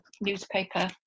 newspaper